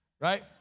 right